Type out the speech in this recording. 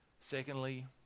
Secondly